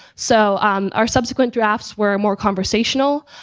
so our subsequent drafts were more conversational,